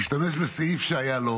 השתמש בסעיף שהיה לו